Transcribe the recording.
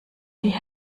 die